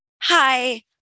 hi